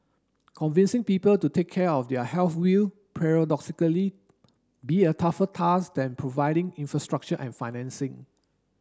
convincing people to take care of their health will paradoxically be a tougher task than providing infrastructure and financing